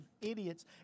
idiots